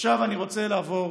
עכשיו אני רוצה לעבור